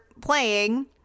playing